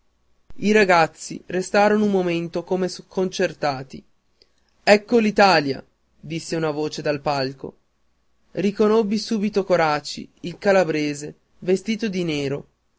i ragazzi restarono un momento come sconcertati ecco l'italia disse una voce sul palco riconobbi subito coraci il calabrese vestito di nero